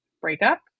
breakup